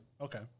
Okay